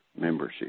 membership